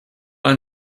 ein